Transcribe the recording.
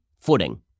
footing